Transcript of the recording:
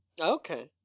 Okay